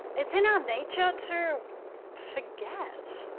it's in our nature to forget.